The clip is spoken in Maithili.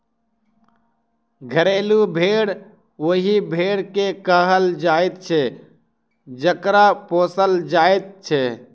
घरेलू भेंड़ ओहि भेंड़ के कहल जाइत छै जकरा पोसल जाइत छै